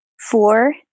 four